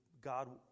God